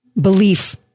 belief